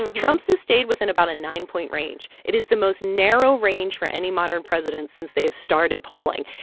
um trump's has stayed within about a nine-point range. it is the most narrow range for any modern president since they have started polling.